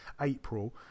April